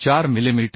4 millimetre